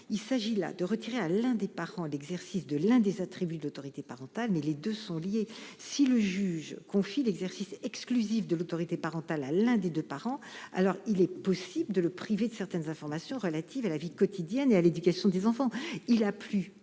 Il s'agit là de retirer à l'un des parents l'exercice de l'un des attributs de l'autorité parentale. Mais les deux sont liés : si et seulement si le juge confie l'exercice exclusif de l'autorité parentale à l'un des deux parents, alors il est possible de priver l'autre de certaines informations relatives à la vie quotidienne et à l'éducation des enfants. S'il n'a plus